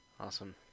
Awesome